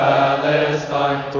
Palestine